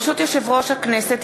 ברשות יושב-ראש הכנסת,